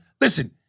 listen